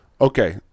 Okay